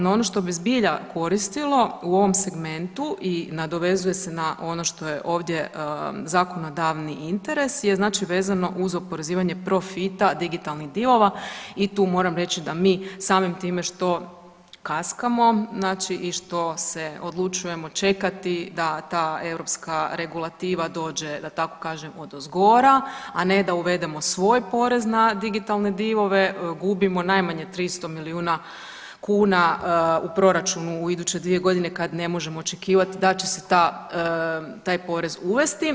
No, ono što bi zbilja koristilo u ovom segmentu i nadovezuje se na ono što je ovdje zakonodavni interes je znači vezano uz oporezivanje profita digitalnih divova i tu moram reći da mi samim time što kaskamo znači i što se odlučujemo čekati da ta europska regulativa dođe da tako kažem odozgora, a ne da uvedemo svoj porez na digitalne divove gubimo najmanje 300 milijuna kuna u proračunu u iduće dvije godine kada ne možemo očekivati da će se taj porez uvesti.